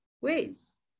ways